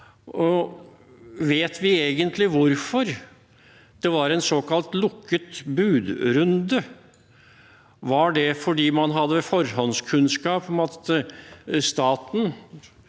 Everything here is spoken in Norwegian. Vet vi egentlig hvorfor det var en såkalt lukket budrunde? Var det fordi man hadde forhåndskunnskap om at staten